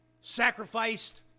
sacrificed